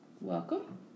welcome